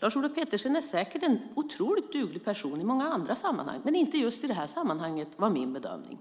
Lars-Olof Pettersson är säkert en otroligt duglig person i många andra sammanhang men inte just i det här sammanhanget, var min bedömning.